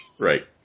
Right